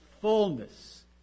fullness